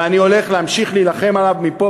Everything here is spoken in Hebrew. ואני הולך להמשיך להילחם עליו מפה,